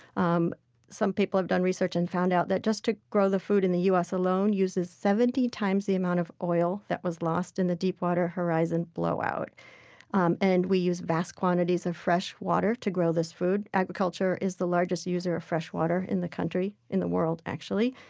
um some people have done research and found out that just to grow the food in the u s. alone, it uses seventy times the amount of oil that was lost in the deepwater horizon blowout um and we use vast quantities of fresh water to grow this food. agriculture is the largest user of fresh water in the county in the world actually.